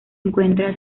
encuentra